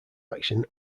action